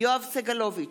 יואב סגלוביץ'